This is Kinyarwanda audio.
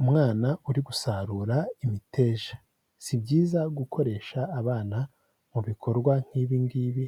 Umwana uri gusarura imiteja, si byiza gukoresha abana mu bikorwa nk'ibi ngibi,